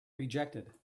rejected